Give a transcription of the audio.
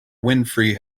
winfrey